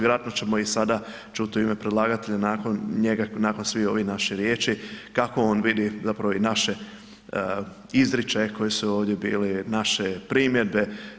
Vjerojatno ćemo i sada čuti u ime predlagatelja nakon njega nakon svih ovih naših riječi kako on vidi zapravo i naše izričaje koji su ovdje bili, naše primjedbe.